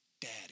daddy